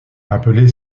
appelé